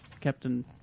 Captain